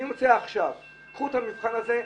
אני מציע עכשיו: קחו את המבחן הזה,